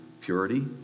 purity